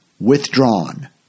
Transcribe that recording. withdrawn